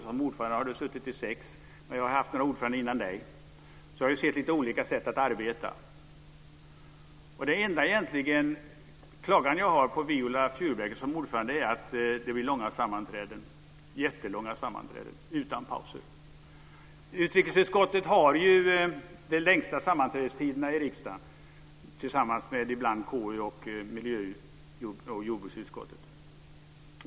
Jag har haft några ordföranden före dig, så jag har sett några olika sätt att arbeta. Den enda klagan jag egentligen har när det gäller Viola Furubjelke som ordförande är att det blir jättelånga sammanträden utan pauser. Utrikesutskottet har ju de längsta sammanträdestiderna i riksdagen, ibland tillsammans med KU och miljö och jordbruksutskottet.